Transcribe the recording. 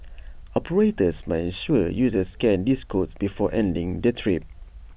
operators must ensure users scan these codes before ending their trip